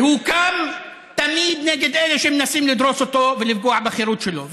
והוא קם תמיד נגד אלה שמנסים לדרוס אותו ולפגוע בחירות שלו.